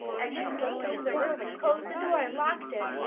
and she slipped into the room and closed the door and locked it,